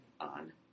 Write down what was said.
on